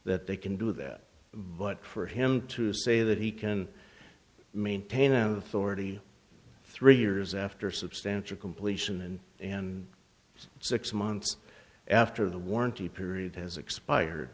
that they can do that but for him to say that he can maintain them authority three years after substantial completion and and six months after the warranty period has expired